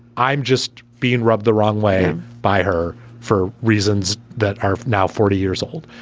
i'm just being rubbed the wrong way by her for reasons that are now forty years old.